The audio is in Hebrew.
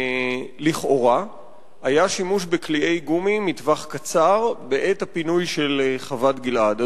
לכאורה היה שימוש בקליעי גומי מטווח קצר בעת הפינוי של חוות-גלעד.